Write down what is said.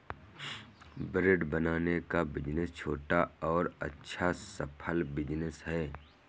bread बनाने का business छोटा और अच्छा सफल बिज़नेस है